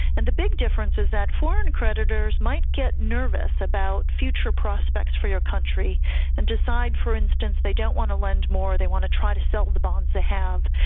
and the big difference is that foreign creditors might get nervous about future prospects for your country and decide, for instance, they don't want to lend more, they want to try to sell the bonds they have,